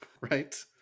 right